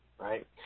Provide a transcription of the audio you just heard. right